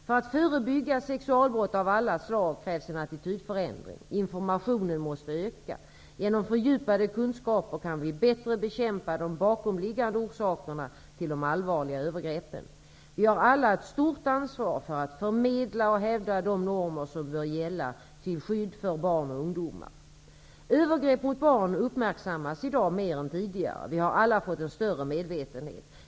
För att förebygga sexualbrott av alla slag krävs en attitydsförändring. Informationen måste öka. Genom fördjupade kunskaper kan vi bättre bekämpa de bakomliggande orsakerna till de allvarliga övergreppen. Vi har alla ett stort ansvar för att förmedla och hävda de normer, som bör gälla till skydd för barn och ungdomar. Övergrepp mot barn uppmärksammas i dag mer än tidigare. Vi har alla fått en större medvetenhet.